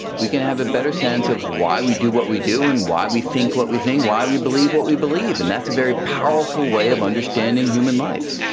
we can have a better sense of why we do what we do and why we think what we think, why we believe what we believe, and that's a very powerful way of understanding human life.